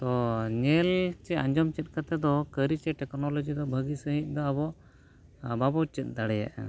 ᱛᱳ ᱧᱮᱞ ᱪᱮ ᱟᱸᱡᱚᱢ ᱪᱮᱫ ᱠᱟᱛᱮ ᱫᱚ ᱠᱟᱹᱨᱤ ᱥᱮ ᱴᱮᱹᱠᱱᱳᱞᱚᱡᱤ ᱫᱚ ᱵᱷᱟᱹᱜᱤ ᱥᱟᱺᱦᱤᱡ ᱫᱚ ᱟᱵᱚ ᱵᱟᱵᱚ ᱪᱮᱫ ᱫᱟᱲᱮᱭᱟᱜᱼᱟ